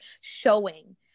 showing